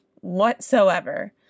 whatsoever